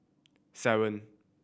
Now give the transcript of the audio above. seven